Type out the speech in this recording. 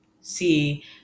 see